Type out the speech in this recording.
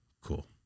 Cool